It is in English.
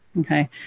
Okay